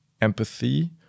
empathy